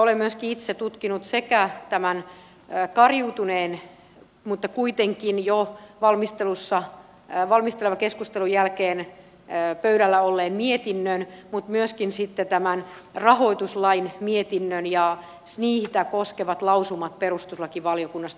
olen myöskin itse tutkinut sekä tämän kariutuneen mutta kuitenkin jo valmistelevan keskustelun jälkeen pöydällä olleen mietinnön mutta myöskin rahoituslain mietinnön ja niitä koskevat lausumat perustuslakivaliokunnasta lähetettynä